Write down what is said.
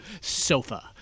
Sofa